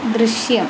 ദൃശ്യം